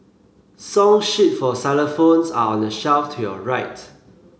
song sheet for xylophones are on the shelf to your right